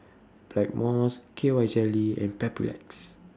Blackmores K Y Jelly and Papulex